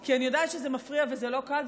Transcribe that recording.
כי אני יודעת שזה מפריע וזה לא קל,